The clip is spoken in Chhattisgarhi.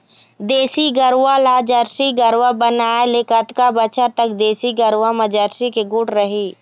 देसी गरवा ला जरसी गरवा बनाए ले कतका बछर तक देसी गरवा मा जरसी के गुण रही?